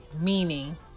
Meaning